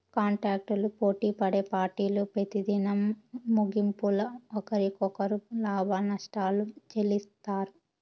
కాంటాక్టులు పోటిపడే పార్టీలు పెతిదినం ముగింపుల ఒకరికొకరు లాభనష్టాలు చెల్లిత్తారు